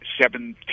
seven